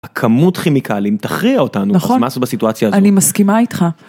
הכמות כימיקלים תכריע אותנו מה עושים בסיטואציה הזאת, נכון אני מסכימה איתך.